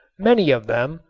many of them,